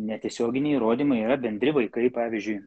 netiesioginiai įrodymai yra bendri vaikai pavyzdžiui